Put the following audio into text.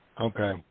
Okay